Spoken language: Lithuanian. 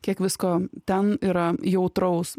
kiek visko ten yra jautraus